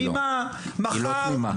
תמימה היא לא, היא לא תמימה,